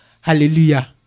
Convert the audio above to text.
Hallelujah